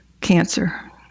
cancer